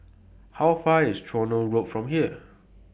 How Far IS Tronoh Road from here